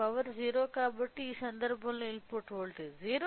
power 0 కాబట్టి ఈ సందర్భంలో ఇన్పుట్ వోల్టేజ్ 0